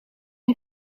een